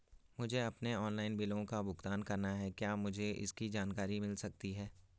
मुझे अपने ऑनलाइन बिलों का भुगतान करना है क्या मुझे इसकी जानकारी मिल सकती है?